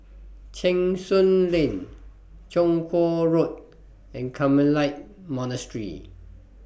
Cheng Soon Lane Chong Kuo Road and Carmelite Monastery